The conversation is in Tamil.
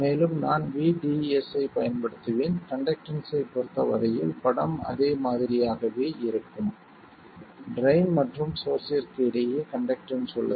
மேலும் நான் vDS ஐப் பயன்படுத்துவேன் கண்டக்டன்ஸ்ஸைப் பொறுத்த வரையில் படம் அதே மாதிரியாகவே இருக்கும் ட்ரைன் மற்றும் சோர்ஸ்ஸிற்கு இடையே கண்டக்டன்ஸ் உள்ளது